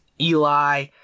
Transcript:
Eli